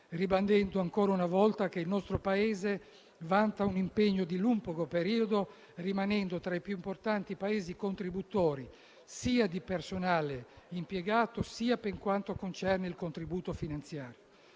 ribadendo ancora una volta che il nostro Paese vanta un impegno di lungo periodo, rimanendo tra i più importanti Paesi contributori, sia di personale impiegato sia per quanto concerne il contributo finanziario.